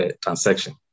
transaction